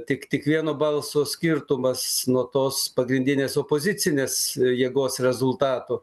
tik tik vieno balso skirtumas nuo tos pagrindinės opozicinės jėgos rezultatų